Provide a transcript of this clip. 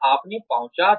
आपने पहुंचा दिया